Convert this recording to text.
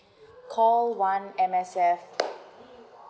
call one M_S_F